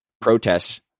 protests